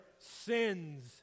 Sins